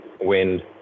wind